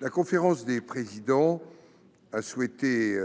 La conférence des présidents a souhaité